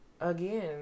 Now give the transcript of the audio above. again